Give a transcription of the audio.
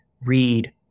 read